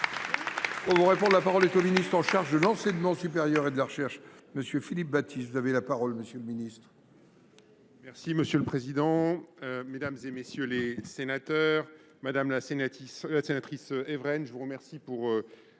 On vous répond. La parole est au ministre en charge de l'Enseignement supérieur et de la Recherche. Monsieur Philippe Baptiste, vous avez la parole, monsieur le ministre. Merci Monsieur Monsieur le Président, Mesdames et Messieurs les Sénateurs, Madame la Sénatrice Evren, je vous remercie pour